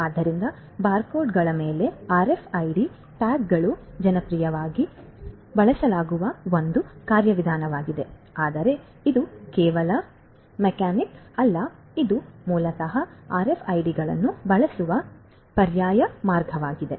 ಆದ್ದರಿಂದ ಬಾರ್ಕೋಡ್ಗಳ ಮೇಲೆ ಆರ್ಎಫ್ಐಡಿ ಟ್ಯಾಗ್ಗಳು ಜನಪ್ರಿಯವಾಗಿ ಬಳಸಲಾಗುವ ಒಂದು ಕಾರ್ಯವಿಧಾನವಾಗಿದೆ ಆದರೆ ಇದು ಕೇವಲ ಮೆಕ್ಯಾನಿಕ್ ಅಲ್ಲ ಇದು ಮೂಲತಃ ಈ ಆರ್ಎಫ್ಐಡಿಗಳನ್ನು ಬಳಸುವ ಪರ್ಯಾಯ ಮಾರ್ಗವಾಗಿದೆ